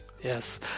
Yes